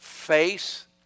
face